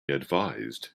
advised